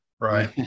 right